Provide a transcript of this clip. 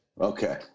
Okay